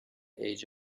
age